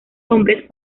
hombres